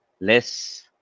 less